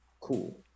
cool